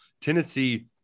Tennessee –